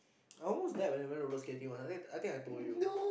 I almost died when I went roller skating once I think I think I told you